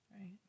Right